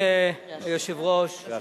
נאום אופוזיציוני?